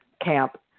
camp